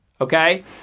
okay